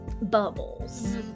bubbles